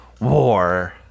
war